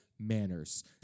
manners